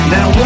Now